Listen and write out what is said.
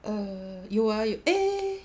err 有啊有 eh